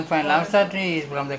now we can't find the rubber tree